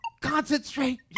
concentrate